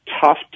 tough